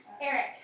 Eric